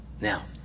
Now